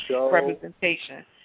representation